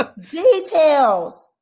details